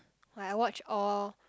like I watched all